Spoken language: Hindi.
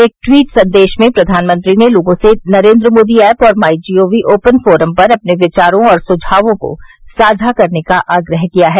एक ट्वीट संदेश में प्रधानमंत्री ने लोगों से नरेन्द्र मोदी ऐप और my G O V open forum पर अपने विचारों और सुझावों को साझा करने का आग्रह किया है